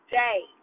day